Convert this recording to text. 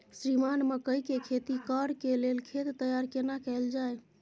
श्रीमान मकई के खेती कॉर के लेल खेत तैयार केना कैल जाए?